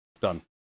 Done